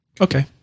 okay